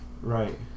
Right